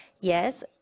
Yes